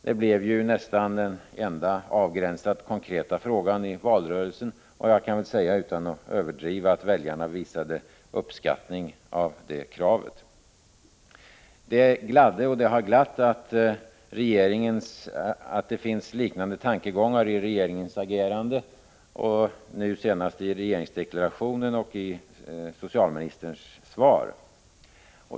Det blev nästan den enda avgränsat konkreta frågan i valrörelsen. Jag kan väl utan att överdriva säga att väljarna visade uppskattning av det kravet. Det gladde och har glatt att det finns liknande tankegångar i regeringens agerande, nu senast i regeringsdeklarationen och socialministerns svar.